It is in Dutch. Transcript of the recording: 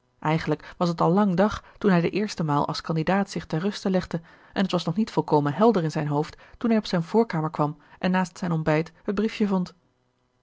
eigenlijk was het al lang dag toen hij de eerste maal als kandidaat zich ter ruste legde en het was nog niet volkomen helder in zijn hoofd toen hij op zijne voorkamer kwam en naast zijn ontbijt het biefje vond